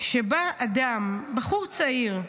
שבה אדם, בחור צעיר,